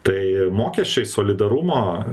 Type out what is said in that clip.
tai mokesčiai solidarumo